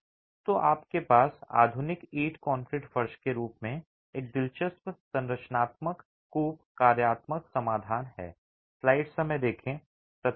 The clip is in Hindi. तो आपके पास आधुनिक ईंट कंक्रीट फर्श के रूप में एक दिलचस्प संरचनात्मक कूप कार्यात्मक समाधान है